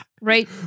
Right